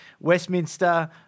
Westminster